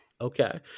okay